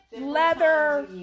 leather